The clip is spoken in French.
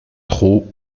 trop